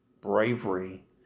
bravery